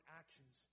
actions